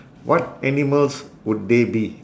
what animals would they be